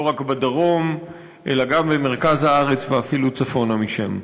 לא רק בדרום אלא גם במרכז הארץ ואפילו צפונה משם.